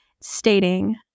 stating